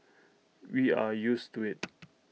we are used to IT